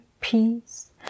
peace